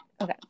Okay